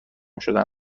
شدن